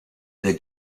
the